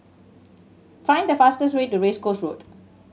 find the fastest way to Race Course Road